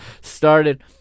started